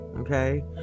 Okay